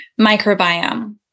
microbiome